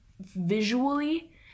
visually